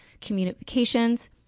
communications